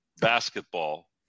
basketball